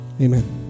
Amen